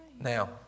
Now